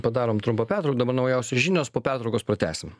padarom trumpą pertrauką dabar naujausios žinios po pertraukos pratęsim